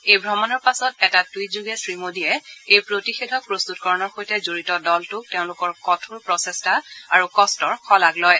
এই ভ্ৰমণৰ পাছত এটা টুইটযোগে শ্ৰীমোডীয়ে এই প্ৰতিষেধক প্ৰস্তুতকৰণৰ সৈতে জড়িত দলটোক তেওঁলোকৰ কঠোৰ প্ৰচেষ্টা আৰু কষ্টৰ শলাগ লয়